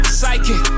psychic